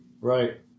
Right